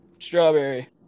Strawberry